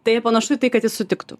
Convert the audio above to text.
tai panašu į tai kad ji sutiktų